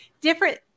different